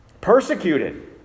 Persecuted